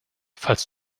falls